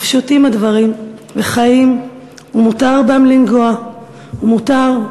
/ ופשוטים הדברים וחיים, ומותר בם לנגוע, / ומותר,